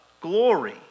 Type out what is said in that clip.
glory